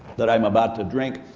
that i'm about to drink.